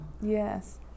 Yes